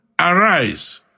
arise